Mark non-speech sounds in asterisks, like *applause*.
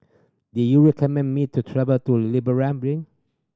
do you recommend me to travel to *unintelligible*